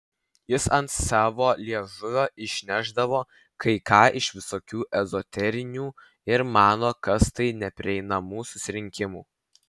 jis ant savo liežuvio išnešdavo kai ką iš visokių ezoterinių ir mano kastai neprieinamų susirinkimų